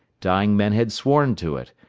dying men had sworn to it,